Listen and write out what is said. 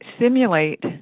simulate